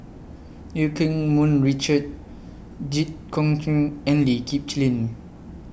EU Keng Mun Richard Jit Koon Ch'ng and Lee Kip Lin